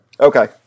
Okay